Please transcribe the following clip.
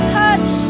touch